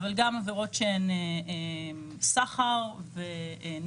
אבל גם עבירות של סחר ונשיאה,